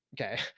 Okay